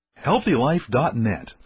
HealthyLife.net